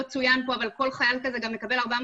לא צוין פה אבל כל חייל כזה גם מקבל 400